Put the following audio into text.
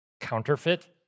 counterfeit